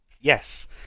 Yes